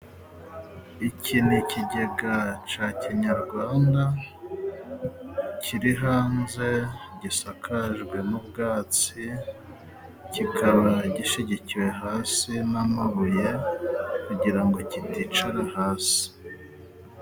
Iki ni ikigega ca kinyarwanda, kiri hanze gisakajwe n' ubwatsi, kikaba gishigikiwe hasi n'amabuye, kugira ngo kiticara hasi.